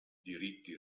diritti